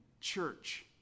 church